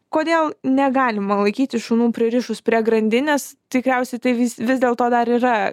kodėl negalima laikyti šunų pririšus prie grandinės tikriausiai tai vis vis dėl to dar yra